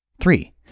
Three